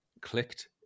clicked